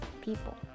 people